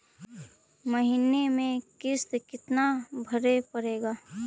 महीने में किस्त कितना भरें पड़ेगा?